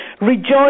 Rejoice